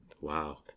Wow